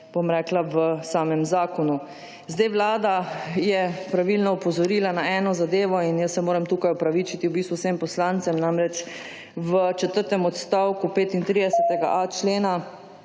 v samem zakonu. Zdaj Vlada je pravilno opozorila na eno zadevo in jaz se moram tukaj opravičiti v bistvu vsem poslancem. Namreč v četrtem odstavku 35.a člena,